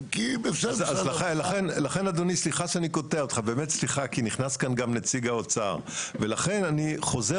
לכן אדוני סליחה שאני קוטע אותך, אני חוזר